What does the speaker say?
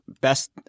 best